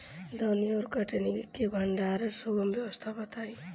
दौनी और कटनी और भंडारण के सुगम व्यवस्था बताई?